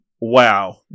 Wow